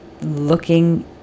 looking